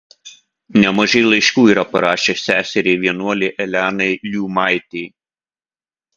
nemažai laiškų yra parašęs seseriai vienuolei elenai liuimaitei